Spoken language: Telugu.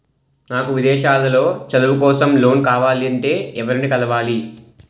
నాకు విదేశాలలో చదువు కోసం లోన్ కావాలంటే ఎవరిని కలవాలి?